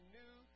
new